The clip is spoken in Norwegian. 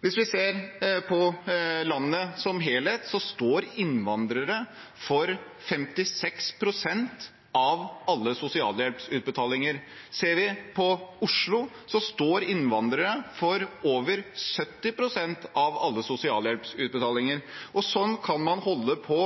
Hvis vi ser på landet som helhet, står innvandrere for 56 pst. av alle sosialhjelpsutbetalinger. Ser vi på Oslo, står innvandrere for over 70 pst. av alle sosialhjelpsutbetalinger. Slik kan man holde på